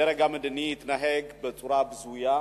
הדרג המדיני התנהג בצורה בזויה,